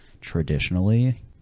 traditionally